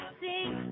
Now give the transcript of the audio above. sing